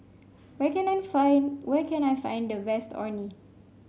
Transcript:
where can I find where can I find the best Orh Nee